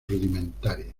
rudimentaria